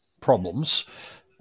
problems